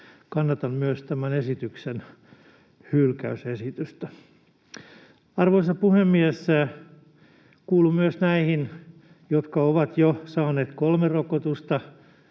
Kannatan myös tämän esityksen hylkäysesitystä. Arvoisa puhemies! Kuulun myös näihin, jotka ovat jo saaneet kolme rokotusta.